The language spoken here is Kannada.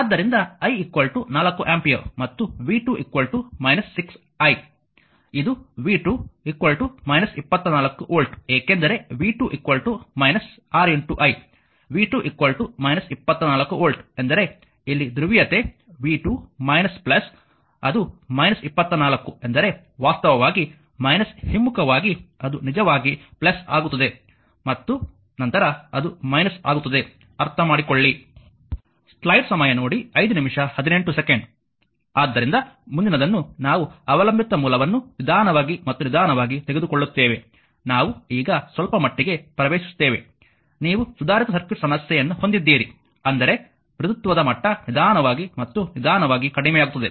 ಆದ್ದರಿಂದ i 4 ಆಂಪಿಯರ್ ಮತ್ತು v 2 6i ಇದು v 2 24 ವೋಲ್ಟ್ ಏಕೆಂದರೆ v 2 6 i v 2 24 ವೋಲ್ಟ್ ಎಂದರೆ ಇಲ್ಲಿ ಧ್ರುವೀಯತೆ v 2 ಅದು 24 ಎಂದರೆ ವಾಸ್ತವವಾಗಿ ಹಿಮ್ಮುಖವಾಗಿ ಅದು ನಿಜವಾಗಿ ಆಗುತ್ತದೆ ಮತ್ತು ನಂತರ ಅದು ಆಗುತ್ತದೆ ಅರ್ಥಮಾಡಿಕೊಳ್ಳಿ ಆದ್ದರಿಂದ ಮುಂದಿನದನ್ನು ನಾವು ಅವಲಂಬಿತ ಮೂಲವನ್ನು ನಿಧಾನವಾಗಿ ಮತ್ತು ನಿಧಾನವಾಗಿ ತೆಗೆದುಕೊಳ್ಳುತ್ತೇವೆ ನಾವು ಈಗ ಸ್ವಲ್ಪಮಟ್ಟಿಗೆ ಪ್ರವೇಶಿಸುತ್ತೇವೆ ನೀವು ಸುಧಾರಿತ ಸರ್ಕ್ಯೂಟ್ ಸಮಸ್ಯೆಯನ್ನು ಹೊಂದಿದ್ದೀರಿ ಅಂದರೆ ಮೃದುತ್ವದ ಮಟ್ಟ ನಿಧಾನವಾಗಿ ಮತ್ತು ನಿಧಾನವಾಗಿ ಕಡಿಮೆಯಾಗುತ್ತದೆ